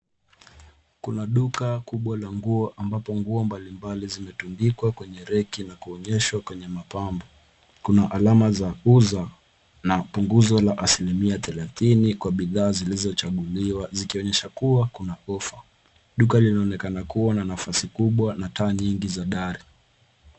Kuna duka kubwa la nguo ambapo nguo mbalimbali zimetundikwa kwenye reki na kuonyeshwa kwenye mapambo. Kuna alama za kuuza na punguzo la asilimia thelathini kwa bidhaa zilizochaguliwa ikionyesha kuwa kuna ofa. Duka linaonekana kuwa na nafasi kubwa na taa nyingi za dari.